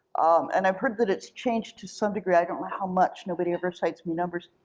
and i've heard that it's changed to some degree. i don't know how much, nobody ever cites me numbers.